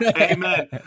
Amen